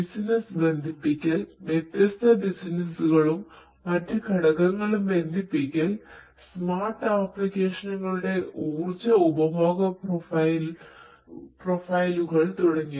business ബന്ധിപ്പിക്കൽ വ്യത്യസ്ത ബിസിനസ്സുകളും മറ്റ് ഘടകങ്ങളും ബന്ധിപ്പിക്കൽ സ്മാർട്ട് ആപ്ലിക്കേഷനുകളുടെ ഊർജ്ജ ഉപഭോഗ പ്രൊഫൈലുകൾ തുടങ്ങിയവ